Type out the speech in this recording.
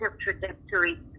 trajectory